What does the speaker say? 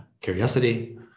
curiosity